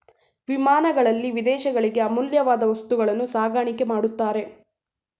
ವಿಮಾನಗಳಲ್ಲಿ ವಿದೇಶಗಳಿಗೆ ಅಮೂಲ್ಯವಾದ ವಸ್ತುಗಳನ್ನು ಸಾಗಾಣಿಕೆ ಮಾಡುತ್ತಾರೆ